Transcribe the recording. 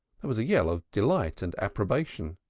there was a yell of delight and approbation.